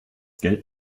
geld